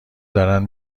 دارن